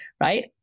right